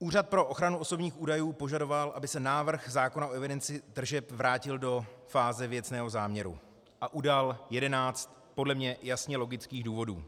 Úřad pro ochranu osobních údajů požadoval, aby se návrh zákona o evidenci tržeb vrátil do fáze věcného záměru, a udal 11 podle mě jasně logických důvodů.